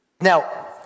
Now